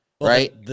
Right